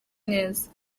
neza